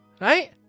right